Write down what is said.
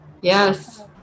Yes